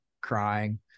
crying